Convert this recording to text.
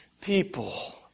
people